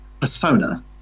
persona